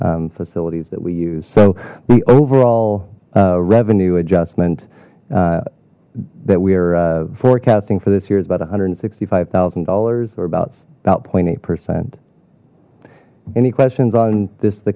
processing facilities that we use so the overall revenue adjustment that we are forecasting for this year is about a hundred and sixty five thousand dollars or about about point eight percent any questions on this the